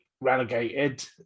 relegated